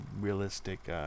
realistic